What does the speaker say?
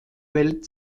welt